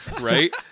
Right